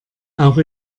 auch